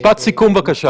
משפט סיכום, בבקשה.